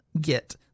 get